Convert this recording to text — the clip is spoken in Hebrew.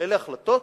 אלה החלטות